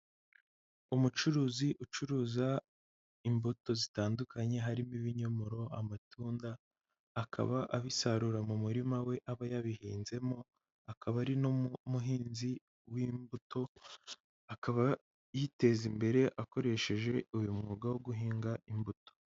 Umucuruzi ucuruza imbuto zitandukanye harimo ibinyomoro, amatunda, akaba abisarura mu murima we aba yabihinzemo, akaba ari n'umuhinzi w'imbuto, akaba yiteza imbere akoresheje uyu mwuga wo guhinga imbuto.